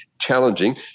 challenging